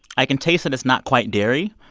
i can taste that it's not quite dairy.